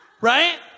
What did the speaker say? Right